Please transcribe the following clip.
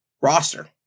roster